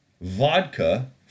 vodka